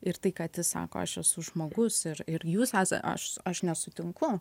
ir tai kad jis sako aš esu žmogus ir ir jūs esa aš aš nesutinku